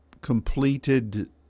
completed